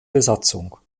besatzung